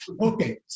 Okay